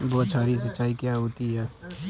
बौछारी सिंचाई क्या होती है?